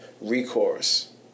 Recourse